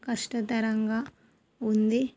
కష్టతరంగా ఉంది